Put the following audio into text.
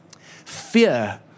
Fear